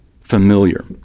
familiar